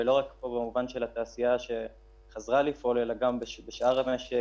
ולא רק במובן של התעשייה שחזרה לפעול אלא גם בשאר המשק.